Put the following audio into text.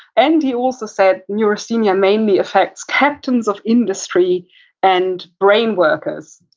and he also said neurasthenia mainly effects captains of industry and brain workers